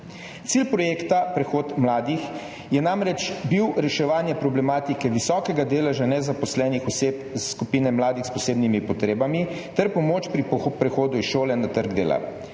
Cilj projekta Prehod mladih je namreč bil reševanje problematike visokega deleža nezaposlenih oseb, skupine mladih s posebnimi potrebami ter pomoč pri prehodu iz šole na trg dela.